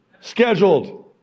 scheduled